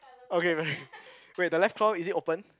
okay right wait the left claw is it open